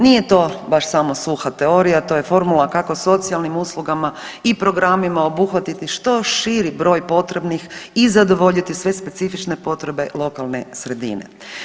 Nije to samo suha teorija, to je formula kako socijalnim uslugama i programima obuhvatiti što širi broj potrebnih i zadovoljiti sve specifične potrebe lokalne sredine.